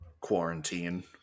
quarantine